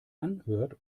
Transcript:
anhört